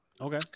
Okay